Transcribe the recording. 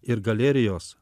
ir galerijos